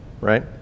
right